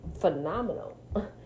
phenomenal